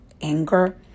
anger